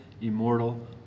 immortal